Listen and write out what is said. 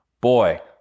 boy